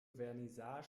vernissage